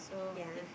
ya